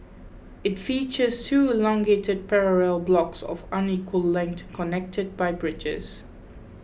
it features two elongated parallel blocks of unequal length connected by bridges